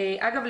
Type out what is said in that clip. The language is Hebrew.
אגב,